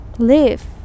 live